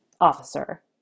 officer